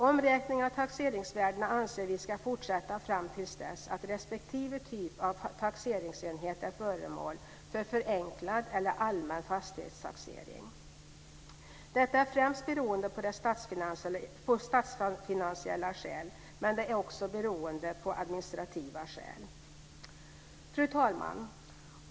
Omräkningen av taxeringsvärdena anser vi ska fortsätta fram tills dess att respektive typ av taxeringsenhet är föremål för förenklad eller allmän fastighetstaxering. Detta har främst statsfinansiella skäl, men det har även administrativa skäl. Fru talman!